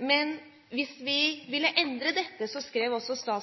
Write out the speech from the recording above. Men hvis vi ville endre dette – skrev også